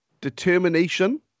determination